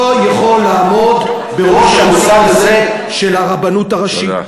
לא יכול לעמוד בראש המוסד הזה של הרבנות הראשית.